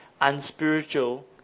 unspiritual